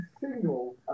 single